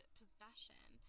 possession